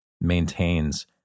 maintains